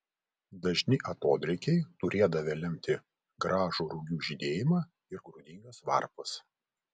dažni atodrėkiai turėdavę lemti gražų rugių žydėjimą ir grūdingas varpas